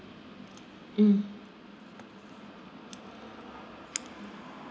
mm